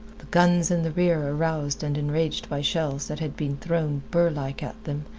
the guns in the rear, aroused and enraged by shells that had been thrown burr-like at them,